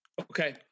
Okay